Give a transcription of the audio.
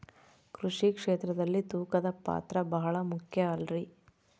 ಕೃಷಿ ಕ್ಷೇತ್ರದಲ್ಲಿ ತೂಕದ ಪಾತ್ರ ಬಹಳ ಮುಖ್ಯ ಅಲ್ರಿ?